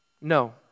No